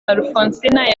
alphonsine